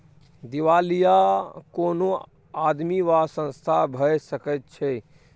दिवालिया कोनो आदमी वा संस्था भए सकैत छै